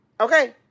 Okay